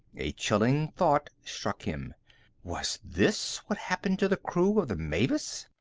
a chilling thought struck him was this what happened to the crew of the mavis?